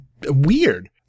weird